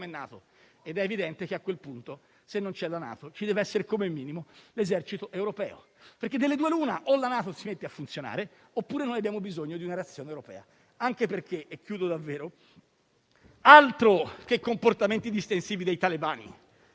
gestendo. È evidente che, a quel punto, se non c'è la NATO ci deve essere, come minimo, l'esercito europeo. Delle due l'una: o la NATO si mette a funzionare, oppure abbiamo bisogno di una reazione europea. Anche perché altro che comportamenti distensivi dei talebani!